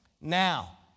Now